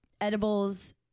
edibles